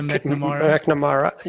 McNamara